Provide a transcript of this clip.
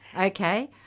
Okay